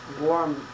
warm